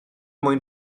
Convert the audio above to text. mwyn